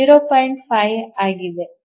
5 ಆಗಿದೆ